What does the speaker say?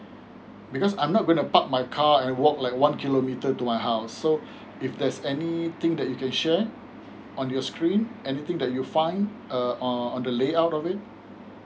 because I'm not gonna park my car and walk like one kilometer to my house so if there's anything that you can share on your screen anything that you find uh on the layout of it